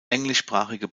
englischsprachige